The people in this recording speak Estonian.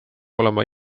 olema